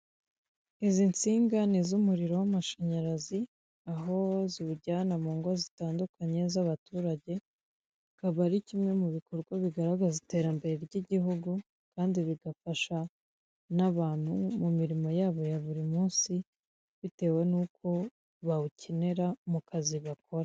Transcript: Izi nsinga ni iz'umuriro w'amashanyarazi, aho ziwujyana mu ngo zitandukanye z'abaturage, akaba ari kimwe mu bikorwa bigaragaza iterambere ry'igihugu, kandi bigafasha n'abantu mu mirimo yabo ya buri munsi, bitewe n'uko bawukenera mu kazi bakora.